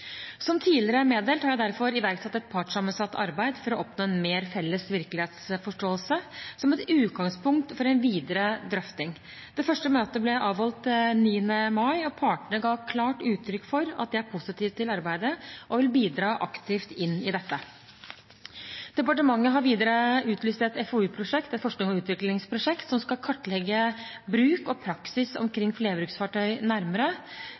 Som tidligere meddelt har jeg derfor iverksatt et partssammensatt arbeid for å oppnå en mer felles virkelighetsforståelse, som et utgangspunkt for en videre drøfting. Det første møtet ble avholdt 9. mai, og partene ga klart uttrykk for at de er positive til arbeidet, og vil bidra aktivt inn i dette. Departementet har videre utlyst et FoU-prosjekt – et forsknings- og utviklingsprosjekt – som skal kartlegge bruk og praksis omkring flerbruksfartøy nærmere.